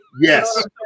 Yes